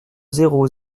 zéro